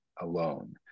alone